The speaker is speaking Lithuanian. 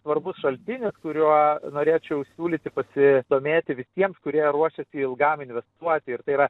svarbus šaltinis kuriuo norėčiau siūlyti pasidomėti visiems kurie ruošiasi ilgam investuoti ir tai yra